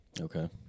okay